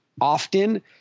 Often